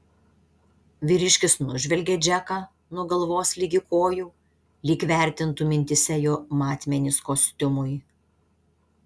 vyriškis nužvelgė džeką nuo galvos ligi kojų lyg vertintų mintyse jo matmenis kostiumui